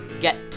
get